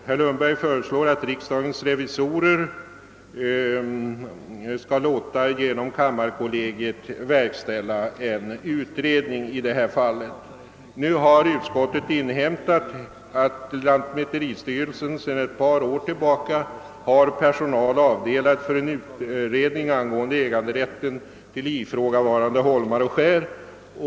Herr Lundberg föreslår att riksdagens revisorer skall låta kammarkollegiet verkställa en utredning i det syftet. Enligt vad utskottet inhämtat har lantmäteristyrelsen sedan ett par år tillbaka personal avdelad för en utredning angående äganderätten till ifrågavarande holmar och skär.